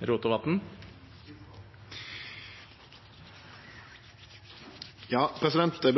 Eg vart